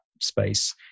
space